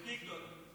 והטיקטוק.